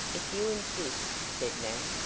if you insist, said nat,